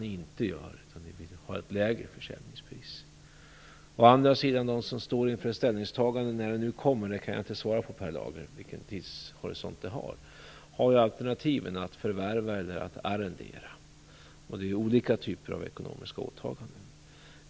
Ni vill ha ett lägre försäljningspris. De som står inför ett ställningstagande - jag kan inte svara på när det kommer - har alternativen att förvärva eller arrendera. Det är ju olika typer av ekonomiska åtaganden.